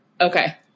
Okay